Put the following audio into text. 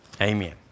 Amen